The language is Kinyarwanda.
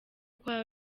kwa